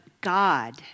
God